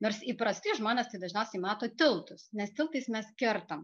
nors įprastai žmonės tai dažniausiai mato tiltus nes tiltais mes kertam